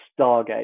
Stargate